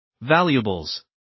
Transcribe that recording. valuables